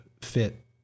fit